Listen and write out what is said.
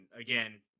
again